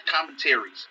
commentaries